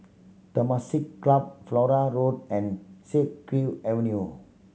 Temasek Club Flora Road and Siak Kew Avenue